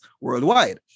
worldwide